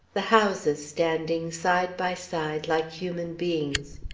the houses standing side by side, like human beings.